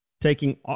taking